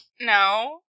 No